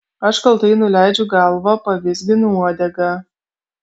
aš kaltai nuleidžiu galvą pavizginu uodegą